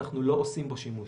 אנחנו לא עושים בו שימוש.